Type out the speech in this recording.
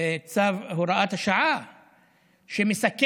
צו הוראת השעה שמסכנת